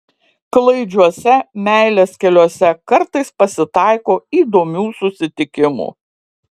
klaidžiuose meilės keliuose kartais pasitaiko įdomių susitikimų